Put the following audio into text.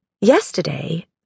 Yesterday